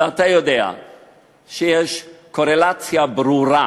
ואתה יודע שיש קורלציה ברורה